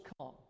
come